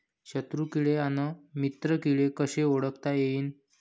शत्रु किडे अन मित्र किडे कसे ओळखता येईन?